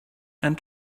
and